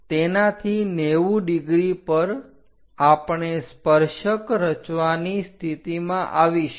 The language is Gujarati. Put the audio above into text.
તેનાથી 90° પર આપણે સ્પર્શક રચવાની સ્થિતિમાં આવીશું